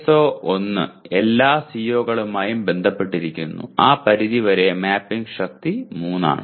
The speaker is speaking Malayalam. PSO 1 എല്ലാ CO കളുമായും ബന്ധപ്പെട്ടിരിക്കുന്നു ആ പരിധിവരെ മാപ്പിംഗ് ശക്തി 3 ആണ്